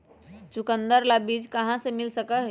चुकंदर ला बीज कहाँ से मिल सका हई?